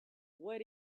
what